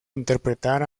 interpretar